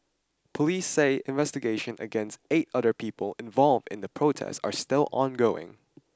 police say investigations against eight other people involved in the protest are still ongoing